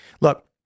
Look